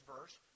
verse